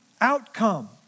outcome